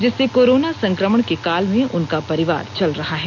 जिससे कोरोना संक्रमण के काल में उनका परिवार चल रहा है